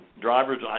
drivers